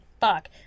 fuck